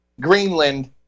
Greenland